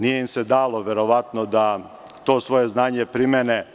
Nije im se dalo, verovatno, da to svoje znanje primene.